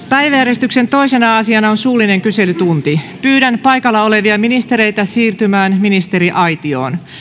päiväjärjestyksen toisena asiana on suullinen kyselytunti pyydän paikalla olevia ministereitä siirtymään ministeriaitioon